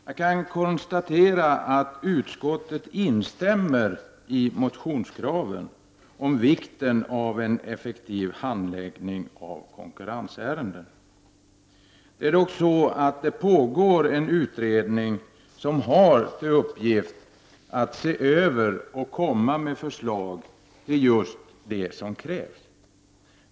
Jag kan konstatera att utskottet instämmer i motionskraven om en effektiv handläggning av konkurrensärenden. Det är dock så att det pågår en utredning som har till uppgift att se över och komma med förslag till just det som krävs.